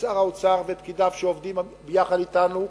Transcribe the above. ושר האוצר ופקידיו שעובדים יחד אתנו,